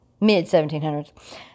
mid-1700s